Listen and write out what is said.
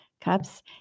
cups